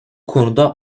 konuda